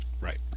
Right